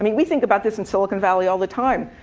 i mean we think about this in silicon valley all the time.